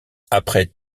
après